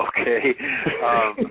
Okay